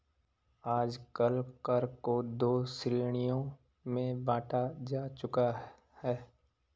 आजकल कर को दो श्रेणियों में बांटा जा चुका है